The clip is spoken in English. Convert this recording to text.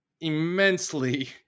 immensely